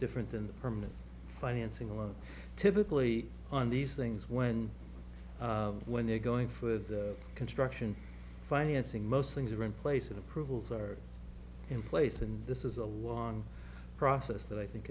different than the permanent financing or typically on these things when when they're going for the construction financing most things are in place and approvals are in place and this is a long process that i think